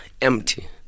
empty